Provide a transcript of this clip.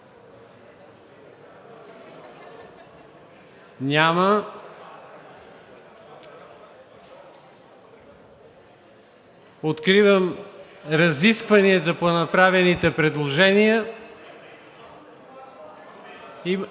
Откривам разискванията по направените предложения. Имате